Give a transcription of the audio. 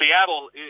Seattle